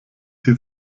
sie